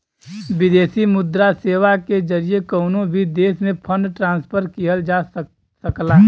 विदेशी मुद्रा सेवा के जरिए कउनो भी देश में फंड ट्रांसफर किहल जा सकला